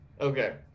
Okay